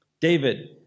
David